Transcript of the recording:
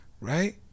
right